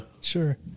sure